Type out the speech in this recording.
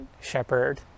shepherd